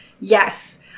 Yes